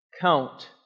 count